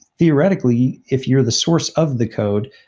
theoretically, if you're the source of the code,